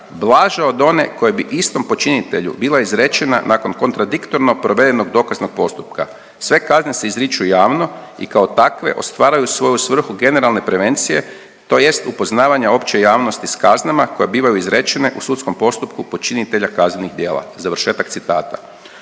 blaža od one koja bi istom počinitelju bila izrečena nakon kontradiktorno provedenog dokaznog postupka. Sve kazne se izriču javno i kao takve ostvaruju svoju svrhu generalne prevencije tj. upoznavanja opće javnosti s kaznama koje bivaju izrečene u sudskom postupku počinitelja kaznenih djela. Završetak citata.